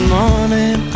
morning